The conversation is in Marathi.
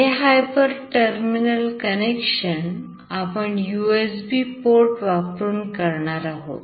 हे hyper terminal connection आपण USB port वापरुन करणार आहोत